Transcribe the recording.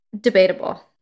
Debatable